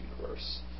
universe